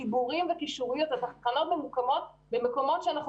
חיבורים וקישורים כאשר התחנות קיימות במקומות בהם